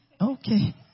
Okay